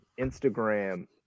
Instagram